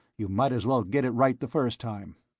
you might as well get it right the first time.